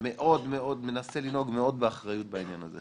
מאוד מאוד לנהוג באחריות בעניין הזה,